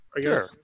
Sure